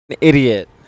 idiot